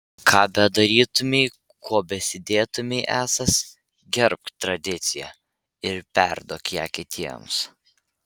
ką bedarytumei kuo besidėtumei esąs gerbk tradiciją ir perduok ją kitiems